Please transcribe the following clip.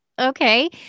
okay